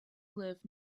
live